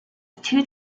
two